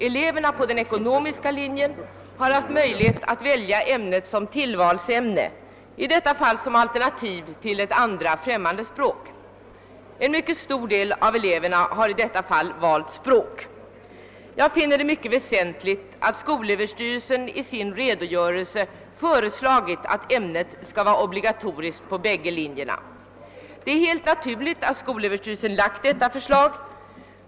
Eleverna på den ekonomiska linjen har haft möjlighet att välja konsumentkunskap som tillvalsämne, i detta fall som alternativ till ett andra främmande språk. En mycket stor del av eleverna har därvidlag valt språk. Jag finner det utomordentligt väsentligt att skolöverstyrelsen i sin redogörelse föreslagit att ämnet skall vara obligatoriskt på bägge linjerna. Det är helt naturligt att skolöverstyrelsen lagt fram detta förslag.